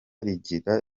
rigira